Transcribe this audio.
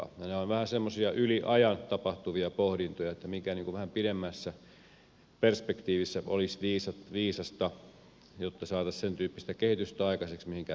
nämä ovat vähän semmoisia yli ajan tapahtuvia pohdintoja että mikä vähän pidemmässä perspektiivissä olisi viisasta jotta saataisiin aikaiseksi sentyyppistä kehitystä mitä halutaan